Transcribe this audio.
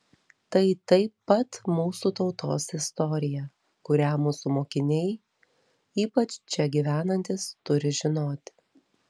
tai taip pat mūsų tautos istorija kurią mūsų mokiniai ypač čia gyvenantys turi žinoti